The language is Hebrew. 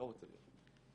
לא רוצה להיות פה.